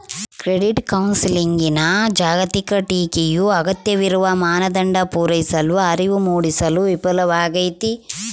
credit ಕೌನ್ಸೆಲಿಂಗ್ನ ಜಾಗತಿಕ ಟೀಕೆಯು ಅಗತ್ಯವಿರುವ ಮಾನದಂಡ ಪೂರೈಸಲು ಅರಿವು ಮೂಡಿಸಲು ವಿಫಲವಾಗೈತಿ